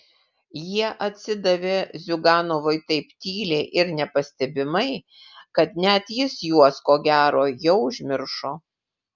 jie atsidavė ziuganovui taip tyliai ir nepastebimai kad net jis juos ko gero jau užmiršo